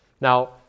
now